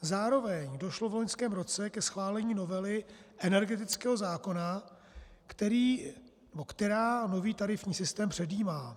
Zároveň došlo v loňském roce ke schválení novely energetického zákona, která nový tarifní systém předjímá.